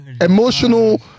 Emotional